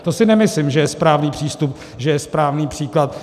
To si nemyslím, že je správný přístup, že je to správný příklad.